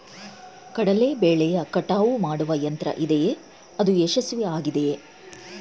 ಕಡಲೆ ಬೆಳೆಯ ಕಟಾವು ಮಾಡುವ ಯಂತ್ರ ಇದೆಯೇ? ಅದು ಯಶಸ್ವಿಯಾಗಿದೆಯೇ?